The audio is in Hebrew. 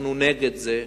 אנחנו נגד זה,